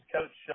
Coach